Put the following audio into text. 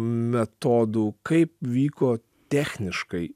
metodų kaip vyko techniškai